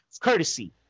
Courtesy